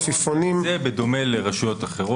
עפיפונים --- גם זה בדומה לרשויות אחרות.